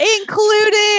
including